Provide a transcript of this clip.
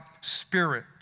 spirit